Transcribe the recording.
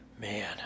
Man